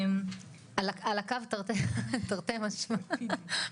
על הקו תרתי משמע.